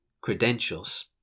Credentials